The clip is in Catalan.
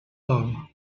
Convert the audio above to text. dol